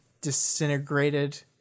disintegrated